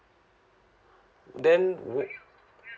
then would